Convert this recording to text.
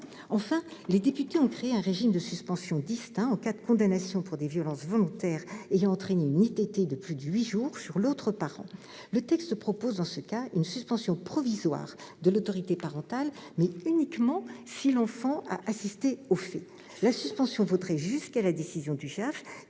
Enfin, les députés ont créé un régime de suspension distinct en cas de condamnation pour des violences volontaires ayant entraîné une incapacité totale de travail (ITT) de plus de huit jours sur l'autre parent. Le texte vise à prévoir dans ce cas une suspension provisoire de l'autorité parentale, mais uniquement si l'enfant a assisté aux faits. La suspension vaudrait jusqu'à la décision du JAF,